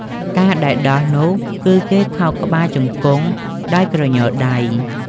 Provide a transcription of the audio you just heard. ការដែលដោះនោះ គឺគេខោកក្បាលជង្គង់ដោយក្រញដៃ។